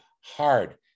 hard